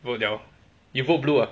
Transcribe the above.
vote liao 你 vote blue ah